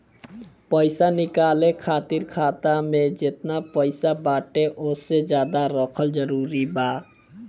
पईसा निकाले खातिर खाता मे जेतना पईसा बाटे ओसे ज्यादा रखल जरूरी बा?